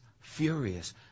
furious